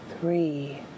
three